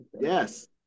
yes